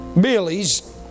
Billy's